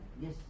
yes